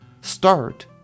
Start